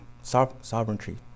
Sovereignty